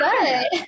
good